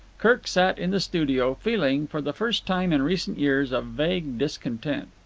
kirk sat in the studio, feeling, for the first time in recent years, a vague discontent.